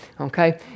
Okay